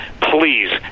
please